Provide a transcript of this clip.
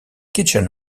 kitchen